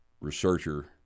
researcher